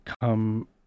come